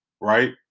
right